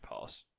pass